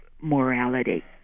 morality